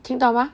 听到吗